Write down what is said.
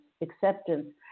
acceptance